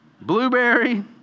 Blueberry